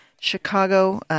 Chicago